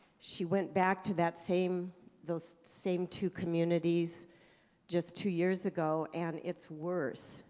she went back to that same those same two communities just two years ago and it's worse.